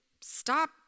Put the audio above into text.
stop